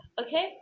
Okay